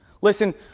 Listen